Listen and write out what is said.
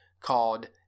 called